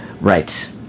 Right